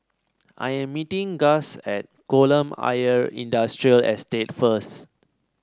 I am meeting Gus at Kolam Ayer Industrial Estate first